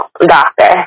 doctor